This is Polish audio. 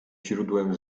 źródłem